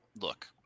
look –